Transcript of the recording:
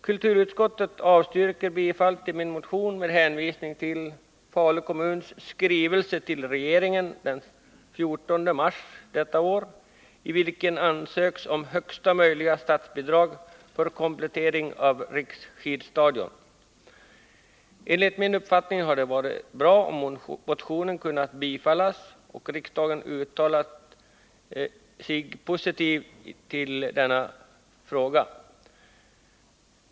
Kulturutskottet avstyrker bifall till min motion med hänvisning till Falu kommuns skrivelse till regeringen den 14 mars i år, i vilken ansöks om högsta möjliga statsbidrag för komplettering av Riksskidstadion. Enligt min uppfattning hade det varit bra om motionen kunnat bifallas och riksdagen uttalat sig positivt i frågan.